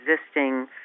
existing